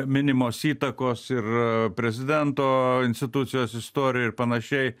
minimos įtakos ir prezidento institucijos istorija ir panašiai